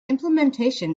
implementation